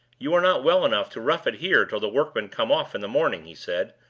you are not well enough to rough it here till the workmen come off in the morning, he said.